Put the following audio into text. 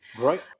Right